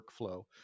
workflow